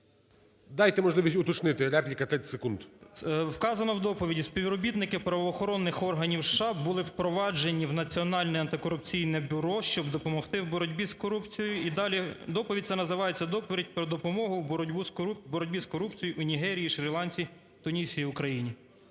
Дайте можливість уточнити. Репліка, 30 секунд. 13:35:10 ПИНЗЕНИК П.В. Вказано в доповіді: "Співробітники правоохоронних органів США були впроваджені в Національне антикорупційне бюро, щоб допомогти в боротьбі з корупцією". І далі, доповідь ця називається: "Доповідь про допомогу в боротьбі з корупцією у Нігерії, Шрі-Ланці, Тунісі і Україні".